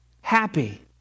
Happy